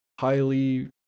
highly